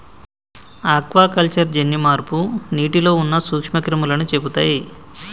aquaculture జన్యు మార్పు నీటిలో ఉన్న నూక్ష్మ క్రిములని చెపుతయ్